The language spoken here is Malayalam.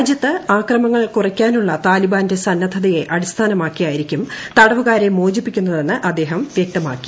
രാജ്യത്ത് ആക്രമണങ്ങൾ കുറയ്ക്കാനുള്ള താഴ്സിബാന്റെ സന്നദ്ധതയെ അടിസ്ഥാനമാക്കിയിരിക്കും തടവുകാരെ മുട്ട്ചിപ്പിക്കുന്നതെന്ന് അദ്ദേഹം വ്യക്തമാക്കി